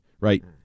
right